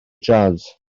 jazz